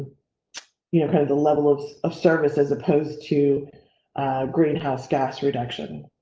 you know kind of the level of of service, as opposed to greenhouse gas reduction.